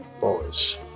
boys